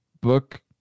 book